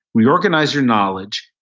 reorganize your knowledge,